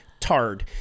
tard